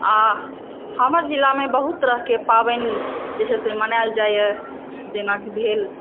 आओर हमर जिलामे बहुत तरहके पाबनि जे छै से मनाओल जाइत यऽ जेना भेल